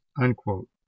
unquote